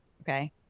Okay